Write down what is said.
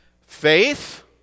Faith